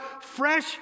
fresh